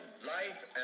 life